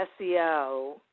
SEO